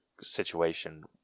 situation